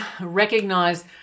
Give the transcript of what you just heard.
recognize